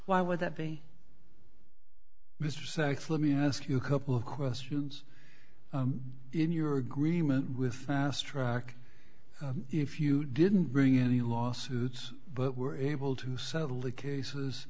why would that be mr sachs let me ask you couple of questions in your agreement with fast track if you didn't bring any lawsuits but were able to settle the cases